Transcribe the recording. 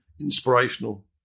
inspirational